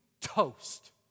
toast